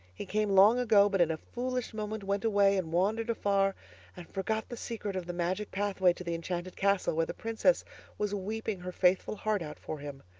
he came long ago, but in a foolish moment went away and wandered afar and forgot the secret of the magic pathway to the enchanted castle, where the princess was weeping her faithful heart out for him.